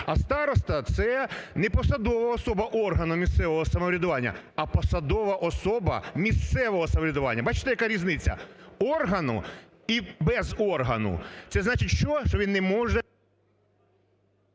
А староста – це не посадова особа органу місцевого самоврядування, а посадова особа місцевого самоврядування, бачите яка різниця, органу і без органу. Це значить що? Що він не може…